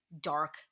dark